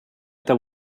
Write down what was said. there